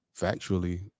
factually